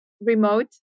remote